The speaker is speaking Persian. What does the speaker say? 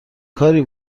کاری